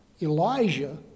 Elijah